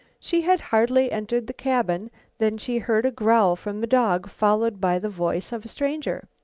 she had hardly entered the cabin than she heard a growl from the dog, followed by the voice of a stranger.